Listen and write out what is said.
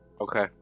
Okay